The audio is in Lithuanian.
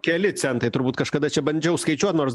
keli centai turbūt kažkada čia bandžiau skaičiuot nors